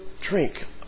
drink